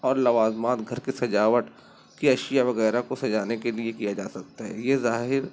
اور لوازمات گھر کے سجاوٹ کی اشیاء وغیرہ کو سجانے کے لیے کیا جا سکتا ہے یہ ظاہر